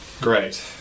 Great